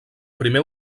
primer